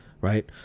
Right